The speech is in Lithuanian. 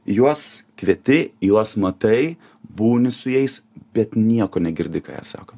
juos kvieti juos matai būni su jais bet nieko negirdi ką jie sako